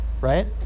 Right